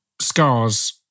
Scars